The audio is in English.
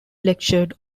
lectured